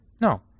No